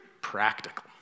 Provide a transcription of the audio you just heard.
practical